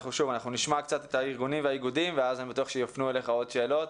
נשמע את הארגונים והאיגודים ואז אני בטוח שיופנו אליך עוד שאלות.